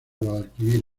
guadalquivir